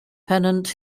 pennant